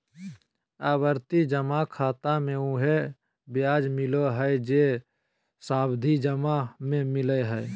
आवर्ती जमा खाता मे उहे ब्याज मिलय हइ जे सावधि जमा में मिलय हइ